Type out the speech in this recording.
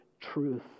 truth